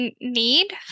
need